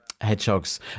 hedgehogs